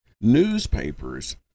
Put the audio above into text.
newspapers